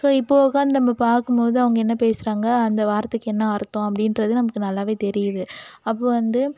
so இப்போது உட்காந்து நம்ம பார்க்கும்போது அவங்க என்ன பேசுகிறாங்க அந்த வார்த்தைக்கு என்ன அர்த்தம் அப்படின்றது நமக்கு நல்லாவே தெரியுது அப்புறம் வந்து